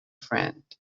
friend